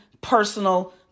personal